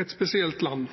et spesielt land.